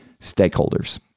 stakeholders